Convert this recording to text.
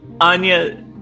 Anya